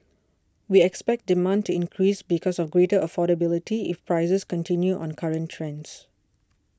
we expect demand to increase because of greater affordability if prices continue on current trends